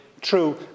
true